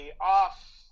off